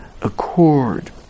accord